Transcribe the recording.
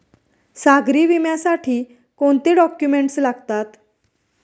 सागरी विम्यासाठी कोणते डॉक्युमेंट्स लागतात?